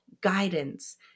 Guidance